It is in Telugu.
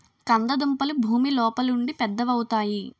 కంద దుంపలు భూమి లోపలుండి పెద్దవవుతాయి